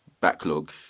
backlog